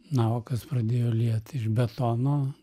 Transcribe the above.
navakas pradėjo liet iš betono